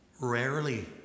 rarely